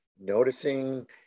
noticing